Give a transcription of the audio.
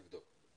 תבדוק את זה.